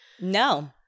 No